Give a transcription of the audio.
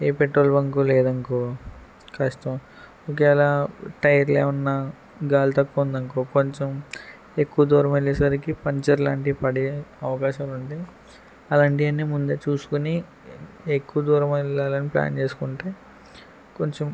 ఏ petrol bunk లేదనుకో కష్టం ఒకేలా టైర్లు ఏమైనా గాలి తక్కువ ఉందనుకో కొంచెం ఎక్కువదూరం వెళ్ళేసరికి పంచర్ లాంటి పడే అవకాశాలుంటాయి అలాంటి అన్ని ముందే చూసుకొని ఎక్కువ దూరం వెళ్ళాలని ప్ల్యాన్ చేసుకుంటే కొంచెం